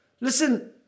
Listen